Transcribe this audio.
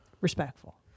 respectful